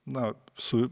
na su